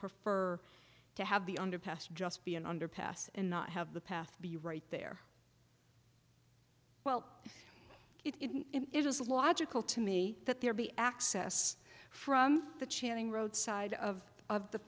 prefer to have the underpass just be an underpass and not have the path be right there well it is logical to me that there be access from the chanting road side of of